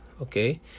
okay